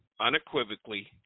unequivocally